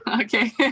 Okay